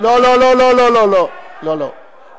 תתביישו לכם, לא, לא, לא, לא.